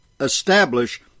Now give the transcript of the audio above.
establish